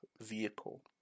vehicle